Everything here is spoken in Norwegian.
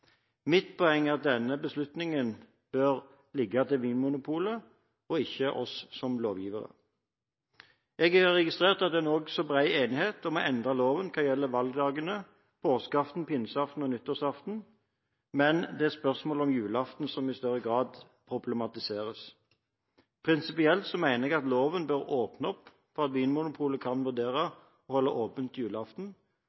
Mitt poeng er at denne beslutningen bør ligge hos Vinmonopolet og ikke hos oss som lovgivere. Jeg har registrert at det er nokså bred enighet om å endre loven hva gjelder valgdagene, påskeaften, pinseaften og nyttårsaften, mens det er spørsmålet om julaften som i større grad problematiseres. Prinsipielt mener jeg at loven bør åpne opp for at Vinmonopolet kan